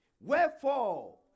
Wherefore